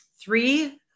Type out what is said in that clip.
three